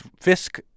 Fisk